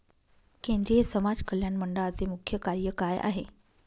केंद्रिय समाज कल्याण मंडळाचे मुख्य कार्य काय आहे?